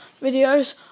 videos